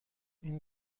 این